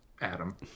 Adam